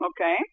Okay